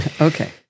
Okay